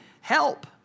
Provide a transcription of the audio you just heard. Help